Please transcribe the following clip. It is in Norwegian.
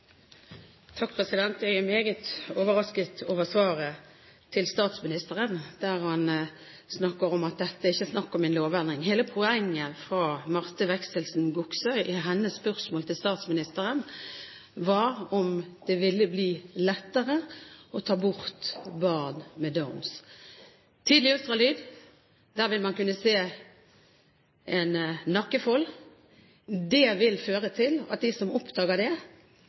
Jeg er meget overrasket over svaret til statsministeren, der han sier at dette ikke er snakk om en lovendring. Hele poenget fra Marte Wexelsen Goksøyr i hennes spørsmål til statsministeren var om det ville bli lettere å ta bort barn med Downs syndrom. Ved tidlig ultralyd vil man kunne se en nakkefold. Det vil føre til at de som oppdager det,